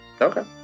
Okay